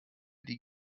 die